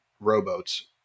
rowboats